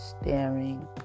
staring